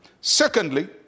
Secondly